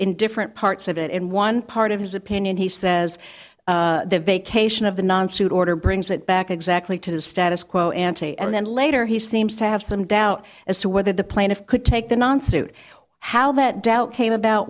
in different parts of it in one part of his opinion he says the vacation of the non suit order brings it back exactly to the status quo ante and then later he seems to have some doubt as to whether the plaintiff could take the non so wow how that doubt came about